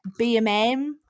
BMM